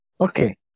Okay